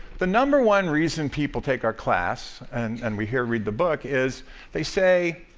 the number one reason people take our class and and we hear read the book is they say,